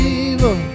evil